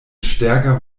stärker